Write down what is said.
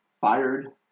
fired